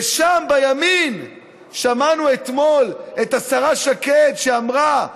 ושם בימין שמענו אתמול את השרה שקד, שאמרה: